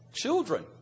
Children